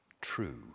true